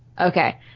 Okay